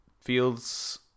Fields